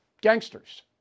gangsters